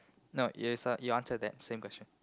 no you saw you answer that same question